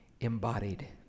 embodied